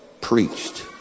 preached